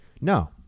no